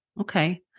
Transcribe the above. Okay